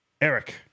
Eric